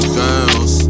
girls